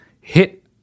hit